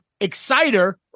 exciter